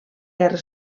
guerra